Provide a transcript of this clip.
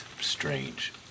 strange